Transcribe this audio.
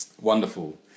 Wonderful